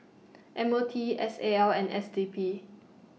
M O T S A L and S D P